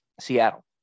Seattle